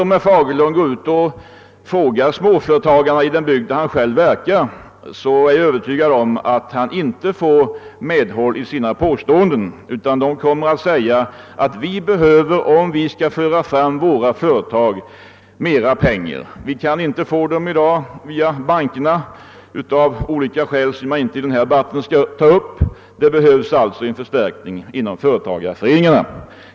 Om herr Fagerlund frågar småföretagarna i den bygd där han är verksam, så är jag övertygad om att herr Fagerlund inte får medhåll i sin uppfattning. Man kommer i stället att säga, att om vi skall kunna utveckla våra företag behöver vi mera pengar. Det kan de i dag inte få via bankerna — av olika skäl som jag här inte skall ta upp. Därför behövs det en förstärkning via företagareföreningarna.